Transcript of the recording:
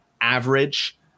average